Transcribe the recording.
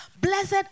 blessed